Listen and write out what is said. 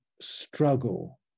struggle